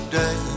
day